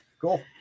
Cool